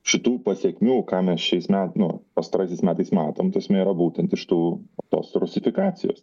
šitų pasekmių ką mes šiais me nu pastaraisiais metais metom ta prasme yra būtent iš tų tos rusifikacijos